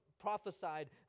prophesied